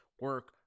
Work